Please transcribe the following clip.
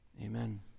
Amen